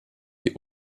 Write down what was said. die